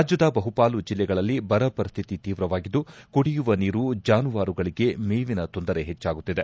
ರಾಜ್ಯದ ಬಹುಪಾಲು ಜಿಲ್ಲೆಗಳಲ್ಲಿ ಬರ ಪರಿಸ್ಥಿತಿ ತೀವ್ರವಾಗಿದ್ದು ಕುಡಿಯುವ ನೀರು ಜಾನುವಾರುಗಳಿಗೆ ಮೇವಿನ ತೊಂದರೆ ಹೆಚ್ಚಾಗುತ್ತಿದೆ